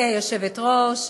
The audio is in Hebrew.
התשע"ז 2017,